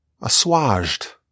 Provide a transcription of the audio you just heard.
assuaged